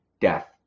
death